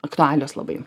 aktualios labai